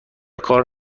کار